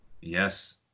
Yes